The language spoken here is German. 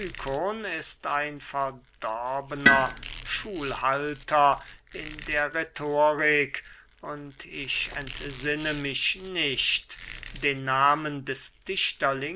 ist ein verdorbner schulhalter in der rhetorik und ich entsinne mich nicht den nahmen des